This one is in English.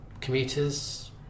commuters